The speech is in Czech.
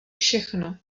všechno